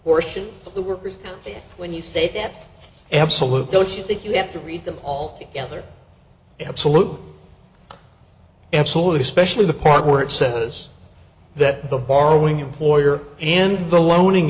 or should the workers when you say they have absolute don't you think you have to read them all together absolutely absolutely especially the part where it says that the borrowing employer and the loaning